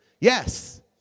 Yes